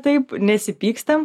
taip nesipykstam